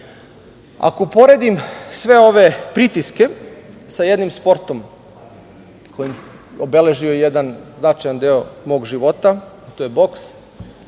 pored sve ove pritiske sa jednim sportom koji je obeležio značajan deo mog života, to je boks,